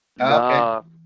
Okay